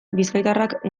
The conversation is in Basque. bizkaitarrak